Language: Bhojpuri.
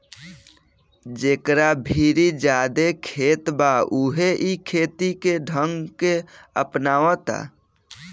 जेकरा भीरी ज्यादे खेत बा उहे इ खेती के ढंग के अपनावता